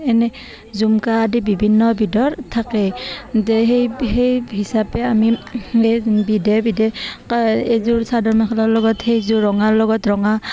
এনে জুমকা আদি বিভিন্ন বিধৰ থাকে যে সেই সেই হিচাপে আমি এই বিধে বিধে এইযোৰ চাদৰ মেখেলাৰ লগত সেইযোৰ ৰঙাৰ লগত ৰঙা